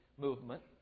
movement